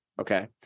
okay